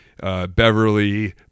Beverly